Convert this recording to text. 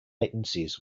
latencies